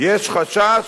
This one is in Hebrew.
יש חשש,